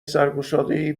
سرگشادهای